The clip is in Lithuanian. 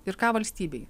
ir ką valstybei